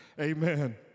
amen